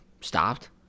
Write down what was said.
stopped